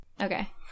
Okay